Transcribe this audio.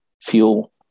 fuel